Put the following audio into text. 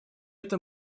это